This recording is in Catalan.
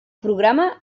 programa